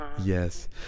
Yes